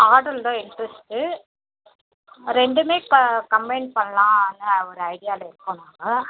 interest ரெண்டுமே combine பண்ணலான்னு ஒரு ஐடியாவில் இருக்கோம் நாங்கள்